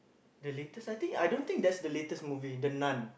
the latest I think I don't think that's the latest movie the Nun